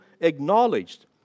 acknowledged